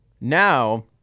Now